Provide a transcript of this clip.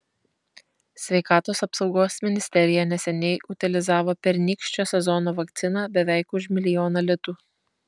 sveikatos apsaugos ministerija neseniai utilizavo pernykščio sezono vakciną beveik už milijoną litų